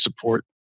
support